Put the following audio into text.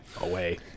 away